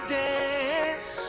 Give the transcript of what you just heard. dance